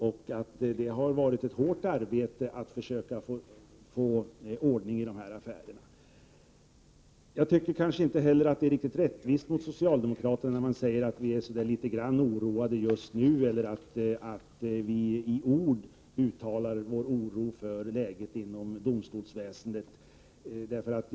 Dessutom har man arbetat hårt på att försöka få ordning på affärerna. Det är kanske inte riktigt rättvist mot oss socialdemokrater att säga att vi bara skulle vara litet oroade just nu eller att vi endast uttrycker oro för läget inom domstolsväsendet.